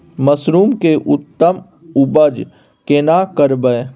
Mushroom के उत्तम उपज केना करबै?